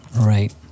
right